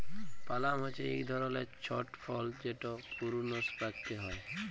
পালাম হছে ইক ধরলের ছট ফল যেট পূরুনস পাক্যে হয়